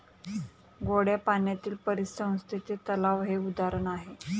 गोड्या पाण्यातील परिसंस्थेचे तलाव हे उदाहरण आहे